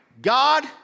God